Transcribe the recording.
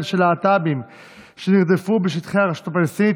של להט"בים שנרדפו בשטחי הרשות הפלסטינית,